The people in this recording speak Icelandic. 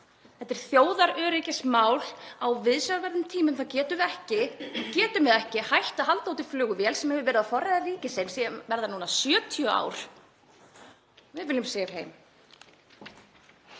Þetta er þjóðaröryggismál. Á viðsjárverðum tímum getum við ekki hætt að halda úti flugvél sem hefur verið á forræði ríkisins í að verða 70 ár. Við viljum SIF heim.